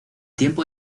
tiempo